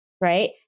right